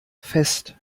fest